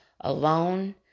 alone